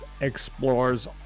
explores